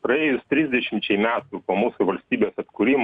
praėjus trisdešimčiai metų po mūsų valstybės atkūrimo